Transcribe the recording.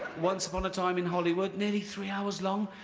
once upon a time in hollywood, nearly three hours long,